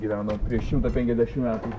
gyveno prieš šimtą penkiasdešimt metų